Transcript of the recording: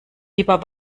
lieber